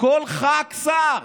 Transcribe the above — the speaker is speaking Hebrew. כל ח"כ שר,